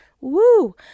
Woo